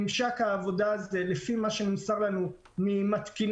ממשק העבודה הזה לפי מה שנמסר לנו ממתקינים